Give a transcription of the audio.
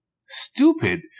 stupid